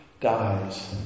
dies